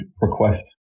request